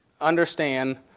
understand